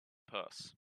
purse